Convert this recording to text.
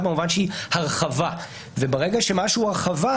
במובן שהיא הרחבה וברגע שמשהו הרחבה,